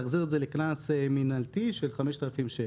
להחזיר את זה לקנס מנהלתי של 5,000 שקלים.